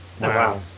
Wow